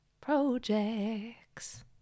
projects